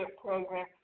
Program